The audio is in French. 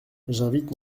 j’invite